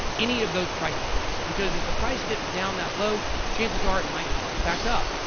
any of those price points because if the price dips down that low, chances are it might bounce back up.